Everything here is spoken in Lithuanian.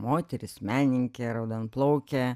moteris menininkė raudonplaukė